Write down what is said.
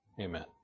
Amen